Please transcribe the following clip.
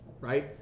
right